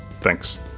thanks